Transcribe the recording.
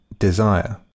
Desire